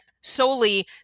solely